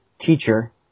teacher